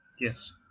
Yes